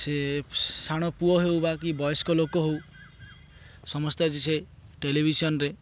ସେ ସାନ ପୁଅ ହେଉ ବା କି ବୟସ୍କ ଲୋକ ହଉ ସମସ୍ତେ ଆଜି ସେ ଟେଲିଭିଜନ୍ରେ